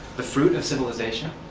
the fruit of civilization,